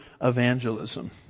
evangelism